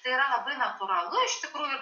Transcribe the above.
tai yra labai natūralu iš tikrųjų